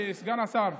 אדוני סגן השר,